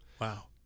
Wow